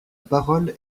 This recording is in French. parole